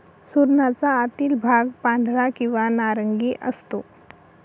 सुरणाचा आतील भाग पांढरा किंवा नारंगी असतो